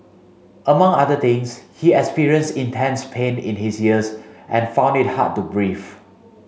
among other things he experienced intense pain in his ears and found it hard to breathe